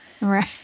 Right